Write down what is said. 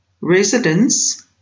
residents